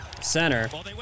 center